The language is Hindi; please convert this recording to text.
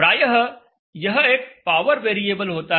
प्रायः यह एक पावर वेरिएबल होता है